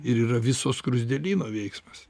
ir yra viso skruzdėlyno veiksmas